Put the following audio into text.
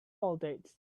voltage